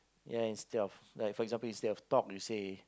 ya instead of like for example instead of talk you say